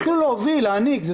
תתחילו להוביל, להנהיג.